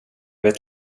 vet